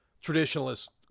traditionalists